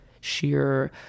sheer